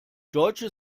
deutsche